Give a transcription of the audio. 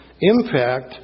impact